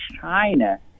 China